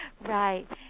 Right